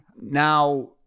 Now